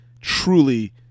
truly